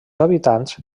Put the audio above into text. habitants